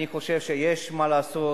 אני חושב שיש מה לעשות,